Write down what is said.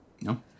No